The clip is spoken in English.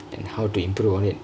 and how to improve on it